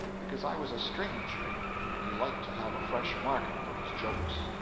because i was a stranger and he liked to have a fresh market for his jokes,